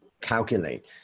calculate